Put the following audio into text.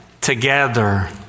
together